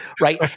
right